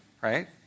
right